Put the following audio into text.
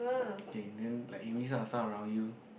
okay then like you miss out a sound around you